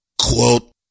Quote